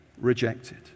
rejected